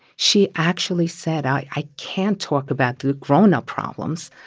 she actually said, i i can't talk about the grown-up problems.